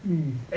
mm